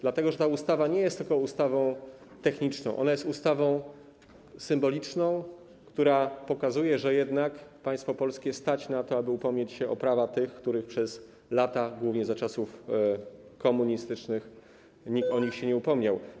Dlatego że ta ustawa nie jest tylko ustawą techniczną, ona jest ustawą symboliczną, która pokazuje, że jednak państwo polskie stać na to, aby upomnieć się o prawa tych, o których przez lata, głównie za czasów komunistycznych, nikt się nie upomniał.